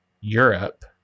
Europe